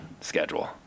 schedule